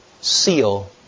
seal